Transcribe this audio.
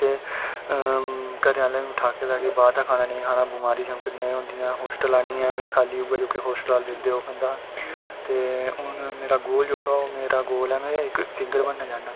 घरै आह्लें ठाह्के दा की बाह्र दा खाना नेईं खाना बमारियां चमकदियां होस्टल आह्नियै में खाली जेह्के होस्टल आह्ले दिंदे सिर्फ ओह् खंदा हा ते हून मेरा जेह्का ओह् गोल ऐ में इक सिंगर बनना चाह्न्नां